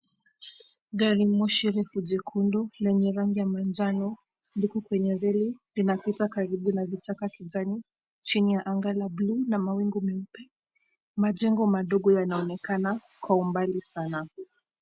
Gari moshi refu jekundu, lenye rangi ya manjano, liko kwenye reli linapita karibu na vichaka kijani, chini ya anga la buluu na mawingu meupe. Majengo madogo yanaonekana kwa umbali sana.